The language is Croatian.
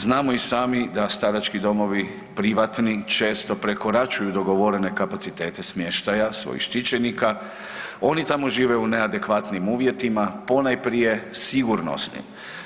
Znamo i sami da starački domovi privatni često prekoračuju dogovorene kapacitete smještaja svojih štićenika, oni tamo žive u neadekvatnim uvjetima, ponajprije sigurnosnim.